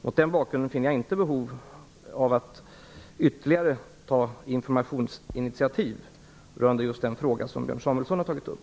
Mot denna bakgrund finner jag inte att det finns behov av att ta ytterligare informationsinitiativ rörande den fråga som Björn Samuelson har tagit upp.